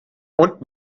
und